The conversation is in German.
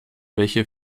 welche